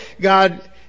God